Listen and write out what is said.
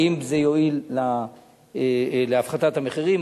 האם זה יועיל להפחתת המחירים?